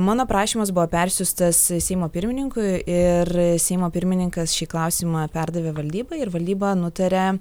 mano prašymas buvo persiųstas seimo pirmininkui ir seimo pirmininkas šį klausimą perdavė valdybai ir valdyba nutaria